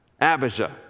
Abijah